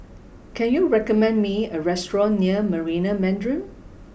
can you recommend me a restaurant near Marina Mandarin